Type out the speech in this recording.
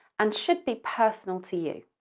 and should be personal to you,